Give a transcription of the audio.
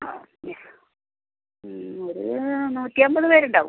ഒരു നൂറ്റി അമ്പത് പേരുണ്ടാവും